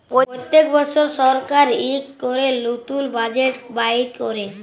প্যত্তেক বসর সরকার ইকট ক্যরে লতুল বাজেট বাইর ক্যরে